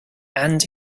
and